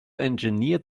engineered